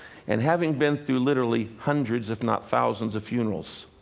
and having been through literally hundreds if not thousands of funerals,